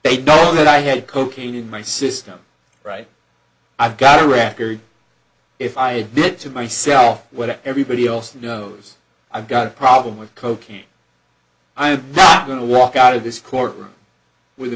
me i had cocaine in my system right i've got a record if i admit to myself what everybody else knows i've got a problem with cocaine i'm not going to walk out of this courtroom with a